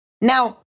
Now